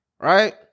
right